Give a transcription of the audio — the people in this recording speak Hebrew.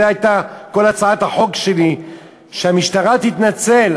זאת הייתה כל הצעת החוק שלי, שהמשטרה תתנצל.